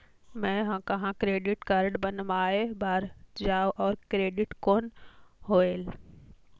मैं ह कहाँ क्रेडिट कारड बनवाय बार जाओ? और क्रेडिट कौन होएल??